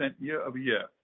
year-over-year